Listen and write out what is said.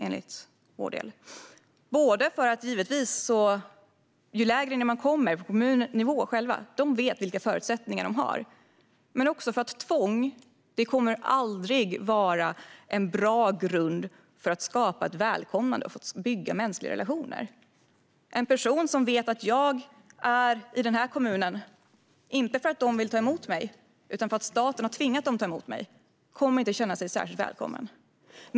För det första är det ju kommunerna själva, alltså längre ned på kommunnivå, som vet vilka förutsättningar de har. För det andra kommer tvång aldrig att vara en bra grund för att skapa ett välkomnande och bygga mänskliga relationer. En person som vet att den inte är i en viss kommun för att man där vill ta emot personen i fråga utan för att staten har tvingat kommunen att ta emot en kommer inte att känna sig särskilt välkommen.